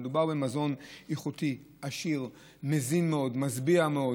מדובר במזון איכותי, עשיר, מזין מאוד, משביע מאוד.